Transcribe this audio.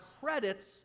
credits